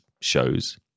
shows